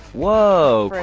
whoa. for